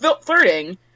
flirting